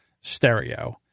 stereo